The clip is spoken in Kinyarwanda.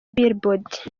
billboard